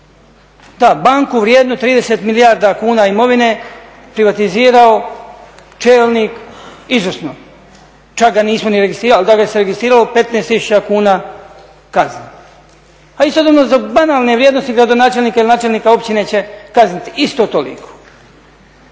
Da, banku vrijednu 30 milijarda kuna imovine privatizirao čelnik, izvrsno. Čak ga nismo ni registrirali, a da ga se registriralo 15000 kuna kazne. A istodobne za banalne vrijednosti gradonačelnika ili načelnika općine će kazniti isto toliko.